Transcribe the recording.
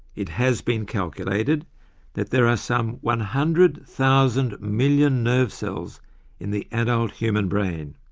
it has been calculated that there are some one hundred thousand million nerve cells in the adult human brain